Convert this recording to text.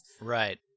Right